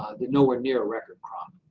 they're nowhere near a record crop.